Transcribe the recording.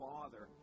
Father